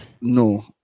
No